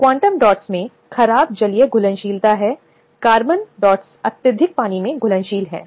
क्या इसका मतलब यह है कि उस आदमी के खिलाफ यौन उत्पीड़न की कोई स्थिति नहीं है जो कहीं भी संतुष्ट नहीं है उदाहरण हैं